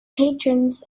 patrons